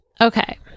okay